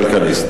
"כלכליסט".